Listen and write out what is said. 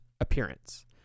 appearance